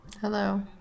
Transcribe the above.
Hello